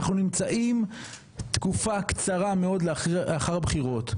אנחנו נמצאים תקופה קצרה מאוד לאחר הבחירות,